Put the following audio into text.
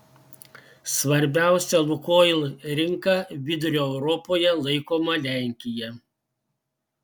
svarbiausia lukoil rinka vidurio europoje laikoma lenkija